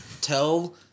tell